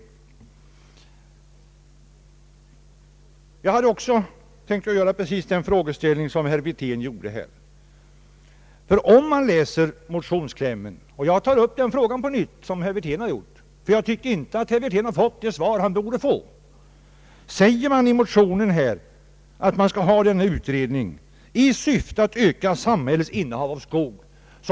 Även jag hade tänkt ställa precis samma fråga som herr Wirtén. Jag tar upp den frågan på nytt, ty jag tycker inte att herr Wirtén har fått det svar som han borde få. I motionsklämmen begärs nämligen en utredning i syfte att öka samhällets innehav av skog.